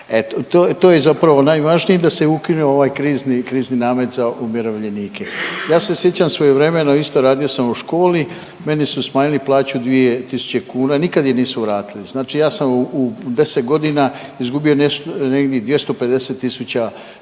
to, to je zapravo najvažnije i da se ukine ovaj krizi, krizni namet za umirovljenike. Ja se sjećam svojevremeno isto, radio sam u školi, meni su smanjili plaću 2000 kuna, nikad je nisu vratili. Znači ja sam u 10 godina izgubio negdje 250 tisuća